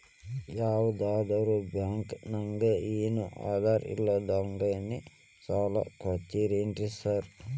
ಯಾವದರಾ ಬ್ಯಾಂಕ್ ನಾಗ ಏನು ಆಧಾರ್ ಇಲ್ದಂಗನೆ ಸಾಲ ಕೊಡ್ತಾರೆನ್ರಿ ಸಾರ್?